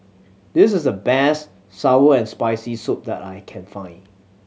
this is the best sour and Spicy Soup that I can find